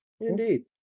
indeed